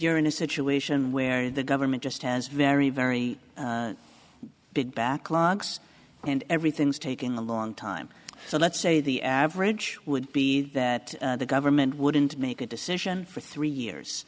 you're in a situation where the government just has very very big backlogs and everything's taking a long time so let's say the average would be that the government wouldn't make a decision for three years